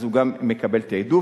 אז הוא גם מקבל תעדוף.